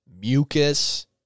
Mucus